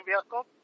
vehicle